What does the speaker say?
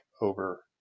over